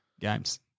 games